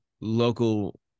local